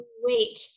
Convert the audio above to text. wait